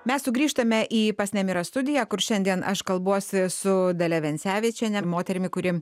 mes sugrįžtame į pas nemirą studiją kur šiandien aš kalbuosi su dalia vencevičiene moterimi kuri